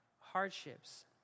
hardships